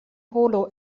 polo